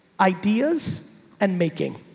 ideas and making,